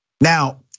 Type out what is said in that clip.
Now